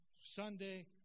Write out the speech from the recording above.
Sunday